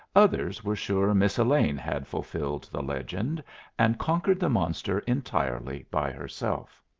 others were sure miss elaine had fulfilled the legend and conquered the monster entirely by herself.